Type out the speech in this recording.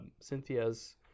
cynthia's